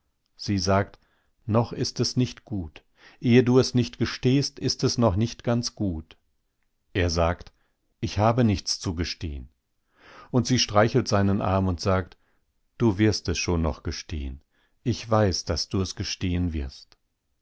sie sagt noch ist es nicht gut ehe du es nicht gestehst ist es noch nicht ganz gut er sagt ich habe nichts zu gestehen und sie streichelt seinen arm und sagt du wirst es schon noch gestehen ich weiß daß du es gestehen wirst